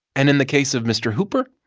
and in the case of mr. hooper,